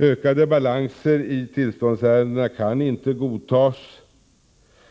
Ökade balanser i tillståndsärendena kan inte godtas.